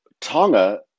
Tonga